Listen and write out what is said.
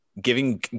giving